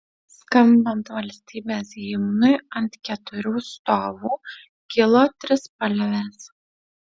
skambant valstybės himnui ant keturių stovų kilo trispalvės